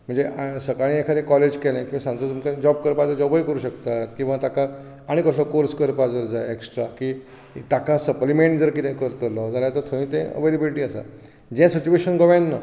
म्हणजे सकाळीं एकादी कॉलेज केलें किंवां सांजचो तुमकां जोब करपाक जाय जाल्यार जोबूय करपाक शकतात किंवां ताका आनी कसलोय कोर्स करपाक जर जाय एक्सट्रा की ताका सप्लिमेन्ट जर कितें करतलो थंय तें अवॅलेबिलिटी आसा जें सिट्यूएशन गोंयांत ना